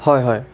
হয় হয়